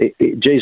Jesus